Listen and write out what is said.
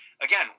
again